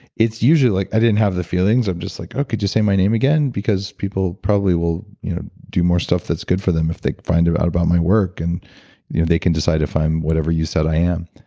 it's usually like, i didn't have the feelings i'm just like, okay, could you say my name again because people probably will do more stuff that's good for them if they find out about my work and you know they can decide if i'm whatever you said i am.